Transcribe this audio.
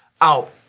out